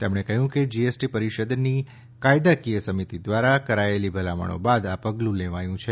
તેમણે કહ્યું કે જીએસટી પરિષદની કાયદાકીય સમિતિ દ્વારા કરાયેલી ભલામણો બાદ આ પગલું લેવાયું છે